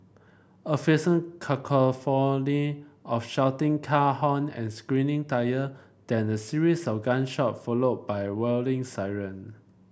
a fearsome cacophony of shouting car horn and screeching tyre then a series of gunshot followed by wailing siren